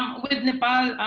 with nepal,